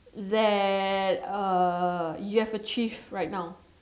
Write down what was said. that uh you have achieved right now